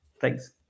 Thanks